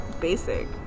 basic